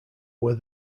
were